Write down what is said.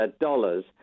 dollars